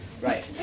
Right